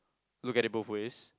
look at it both ways